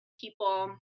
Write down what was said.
people